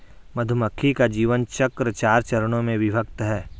मधुमक्खी का जीवन चक्र चार चरणों में विभक्त है